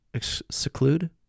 seclude